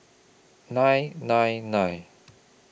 nine nine nine